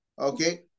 okay